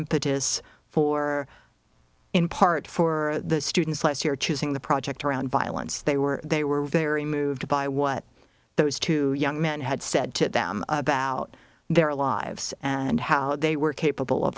impetus for in part for the students last year choosing the project around violence they were they were very moved by what those two young men had said to them about their lives and how they were capable of